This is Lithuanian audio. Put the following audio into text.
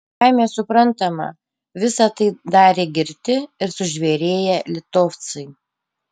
savaime suprantama visa tai darė girti ir sužvėrėję litovcai